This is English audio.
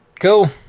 Cool